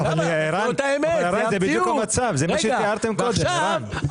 ערן, בקצה,